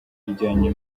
ijyanye